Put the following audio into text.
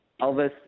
Elvis